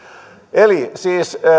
eli siis